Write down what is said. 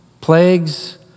Plagues